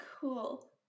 Cool